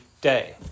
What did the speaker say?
day